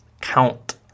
Count